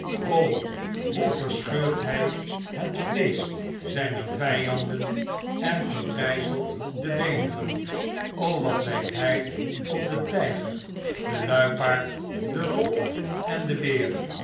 o hoe verscheurt hy het vleesch zjjner vjjanden en verbrjjzelt de beenderen wat lijkt hij op den tflger den luipaard den wolf en den beer